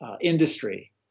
industry